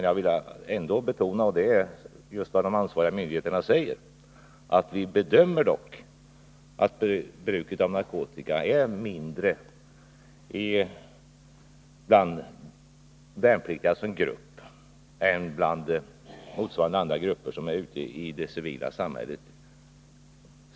Jag vill ändå betona — och det är just vad de ansvariga myndigheterna säger — att vi trots allt bedömer det så att bruket av narkotika är mindre bland värnpliktiga som grupp än bland motsvarande andra grupper som är ute i det civila samhället.